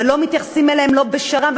ולא מתייחסים אליהם, לא בשר"מ.